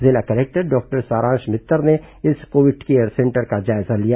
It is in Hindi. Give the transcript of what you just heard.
जिला कलेक्टर डॉक्टर सारांश मित्तर ने इस कोविड सेंटर का जायजा लिया